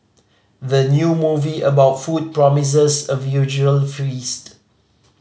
the new movie about food promises a visual feast